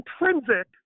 intrinsic